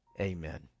Amen